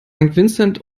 vincent